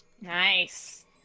Nice